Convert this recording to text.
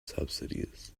subsidies